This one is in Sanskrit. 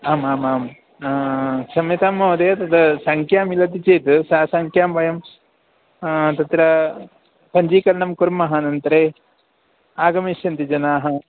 आमामां क्षम्यतां महोदय तद् सङ्ख्या मिलति चेत् सा सङ्ख्यां वयं तत्र पञ्जीकरणं कुर्मः अनन्तरे आगमिष्यन्ति जनाः